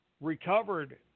recovered